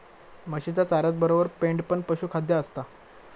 म्हशीच्या चाऱ्यातबरोबर पेंड पण पशुखाद्य असता